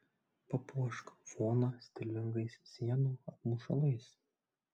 papuošk foną stilingais sienų apmušalais